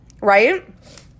right